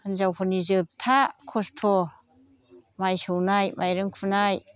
हिन्जावफोरनि जोबथा खस्थ' माइ सौनाय माइरं खुनाय